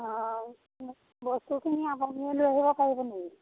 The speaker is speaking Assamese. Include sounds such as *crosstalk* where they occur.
অঁ *unintelligible* বস্তুখিনি আপুনিয়ে লৈ আহিব পাৰিব নেকি